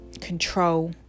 control